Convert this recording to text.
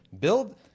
build